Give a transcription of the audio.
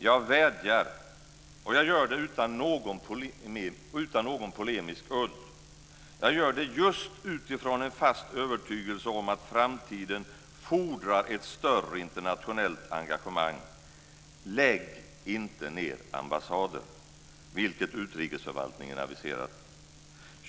Jag vädjar, och jag gör det utan någon polemisk udd, jag gör det just utifrån en fast övertygelse om att framtiden fordrar ett större internationellt engagemang: Lägg inte ned ambassader, vilket utrikesförvaltningen aviserat.